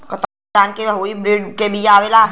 कतरनी धान क hybrid बिया आवेला का?